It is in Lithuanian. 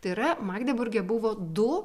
tai yra magdeburge buvo du